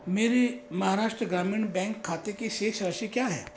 मेरे महाराष्ट्र ग्रामीण बैंक खाते की शेष राशि क्या है